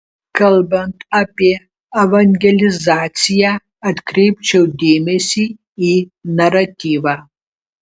kalbant apie evangelizaciją atkreipčiau dėmesį į naratyvą